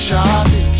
shots